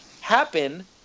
happen